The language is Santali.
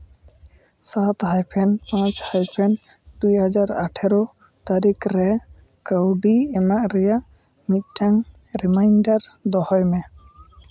ᱥᱟᱛ ᱦᱟᱭᱯᱷᱮᱱ ᱯᱟᱸᱪ ᱦᱟᱭᱯᱷᱮᱱ ᱫᱩᱭ ᱦᱟᱡᱟᱨ ᱟᱴᱷᱮᱨᱚ ᱛᱟᱹᱨᱤᱠᱷ ᱨᱮ ᱠᱟᱹᱣᱰᱤ ᱮᱢᱚᱜ ᱨᱮᱭᱟᱜ ᱢᱤᱫᱴᱟᱝ ᱨᱤᱢᱟᱭᱤᱱᱰᱟᱨ ᱫᱚᱦᱚᱭ ᱢᱮ